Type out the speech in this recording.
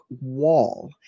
wall